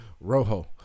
Rojo